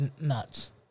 nuts